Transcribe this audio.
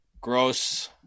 Gross